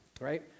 right